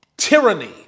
Tyranny